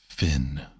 Finn